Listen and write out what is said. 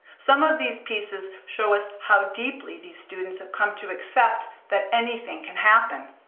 some of these pieces show us how deeply these students have come to accept that anything can happen,